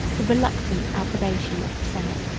the reluctant approbation of the senate.